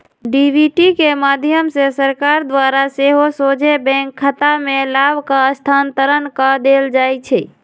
DBT के माध्यम से सरकार द्वारा सेहो सोझे बैंक खतामें लाभ के स्थानान्तरण कऽ देल जाइ छै